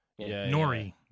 Nori